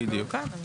בסעיף 4,